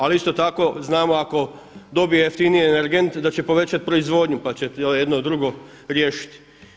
Ali isto tako znamo da ako dobije jeftinije energente da će povećati proizvodnju pa će to jedno drugo riješiti.